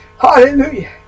Hallelujah